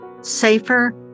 safer